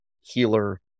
healer